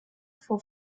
vor